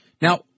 Now